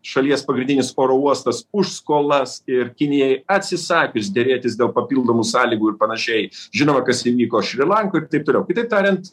šalies pagrindinis oro uostas už skolas ir kinijai atsisakius derėtis dėl papildomų sąlygų ir panašiai žinoma kas įvyko šri lankoj ir taip toliau kitaip tariant